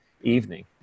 evening